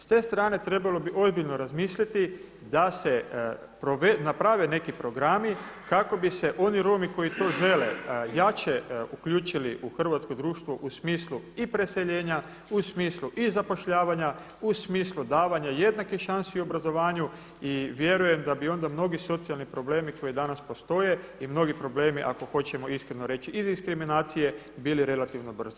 S te strane treba ozbiljno razmisliti da se naprave neki programi kako bi se oni Romi koji to žele jače uključili u hrvatsko društvo u smislu i preseljenja, u smislu i zapošljavanja, u smislu davanja jednake šanse u obrazovanju i vjerujem da bi onda mnogi socijalne problemi koji danas postoje i mnogi problemi ako hoćemo iskreno reći iz diskriminacije bili relativno brzo riješeni.